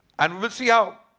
and we'll see how.